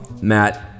Matt